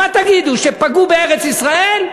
מה תגידו, שפגעו בארץ-ישראל?